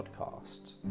podcast